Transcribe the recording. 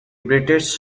british